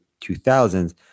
2000s